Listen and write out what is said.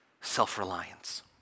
self-reliance